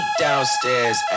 downstairs